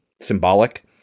symbolic